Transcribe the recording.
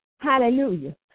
Hallelujah